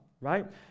right